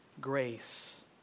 grace